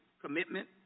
commitment